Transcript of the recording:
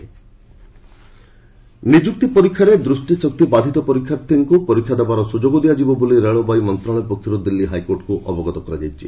HC ରେଲୱେକ୍ blind ନିଯୁକ୍ତି ପରୀକ୍ଷାରେ ଦୃଷ୍ଟିଶକ୍ତି ବାଧିତ ପରୀକ୍ଷାର୍ଥୀଙ୍କୁ ପରୀକ୍ଷା ଦେବାର ସ୍ରଯୋଗ ଦିଆଯିବ ବୋଲି ରେଳବାଇ ମନ୍ତ୍ରଣାଳୟ ପକ୍ଷରୂ ଦିଲ୍ଲୀ ହାଇକୋର୍ଟକୁ ଅବଗତ କରାଯାଇଛି